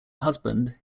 husband